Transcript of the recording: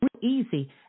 easy